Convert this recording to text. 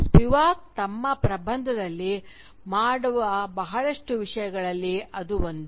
Spivak ತಮ್ಮ ಪ್ರಬಂಧದಲ್ಲಿ ಮಾಡುವ ಬಹಳಷ್ಟು ವಿಷಯಗಳಲ್ಲಿ ಅದು ಒಂದು